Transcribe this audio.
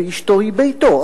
ואשתו היא ביתו.